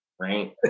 right